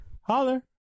Holler